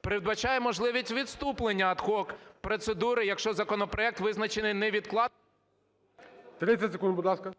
передбачає можливість відступлення – ad hoc процедури, якщо законопроект визначений… ГОЛОВУЮЧИЙ. 30 секунд, будь ласка. ГОЛУБ В.В.